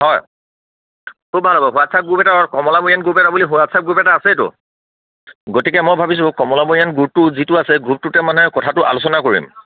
হয় তোৰ ভাল হ'ব হোৱাটছআপ গ্ৰুপ এটা কমলাবৰীয়ান গ্ৰুপ এটা বুলি হোৱাটছআপ গ্ৰুপ এটা আছেইতো গতিকে মই ভাবিছোঁ কমলাবৰীয়ান গ্ৰুপটো যিটো আছে গ্ৰুপটোতে মানে কথাটো আলোচনা কৰিম